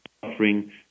suffering